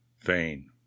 vain